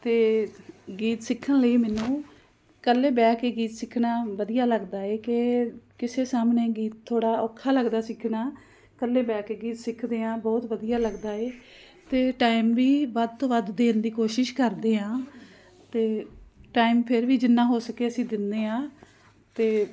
ਅਤੇ ਗੀਤ ਸਿੱਖਣ ਲਈ ਮੈਨੂੰ ਇਕੱਲੇ ਬਹਿ ਕੇ ਗੀਤ ਸਿੱਖਣਾ ਵਧੀਆ ਲੱਗਦਾ ਏ ਕਿ ਕਿਸੇ ਸਾਹਮਣੇ ਗੀਤ ਥੋੜ੍ਹਾ ਔਖਾ ਲੱਗਦਾ ਸਿੱਖਣਾ ਇਕੱਲੇ ਬਹਿ ਕੇ ਗੀਤ ਸਿੱਖਦੇ ਹਾਂ ਬਹੁਤ ਵਧੀਆ ਲੱਗਦਾ ਏ ਅਤੇ ਟਾਈਮ ਵੀ ਵੱਧ ਤੋਂ ਵੱਧ ਦੇਣ ਦੀ ਕੋਸ਼ਿਸ਼ ਕਰਦੇ ਹਾਂ ਅਤੇ ਟਾਈਮ ਫਿਰ ਵੀ ਜਿੰਨਾ ਹੋ ਸਕੇ ਅਸੀਂ ਦਿੰਦੇ ਹਾਂ ਅਤੇ